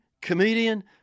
comedian